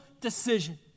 decision